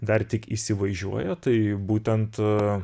dar tik įsivažiuoja tai būtent